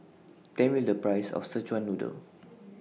Tell Me The Price of Szechuan Noodle